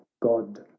god